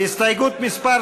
הסתייגות מס'